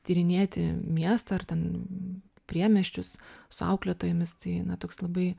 tyrinėti miestą ar ten priemiesčius su auklėtojomis tai na toks labai